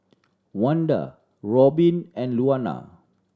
Wanda Robbin and Luana